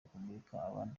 repubulika